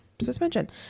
suspension